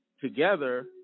together